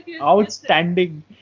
outstanding